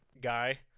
guy